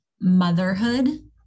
motherhood